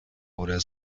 oder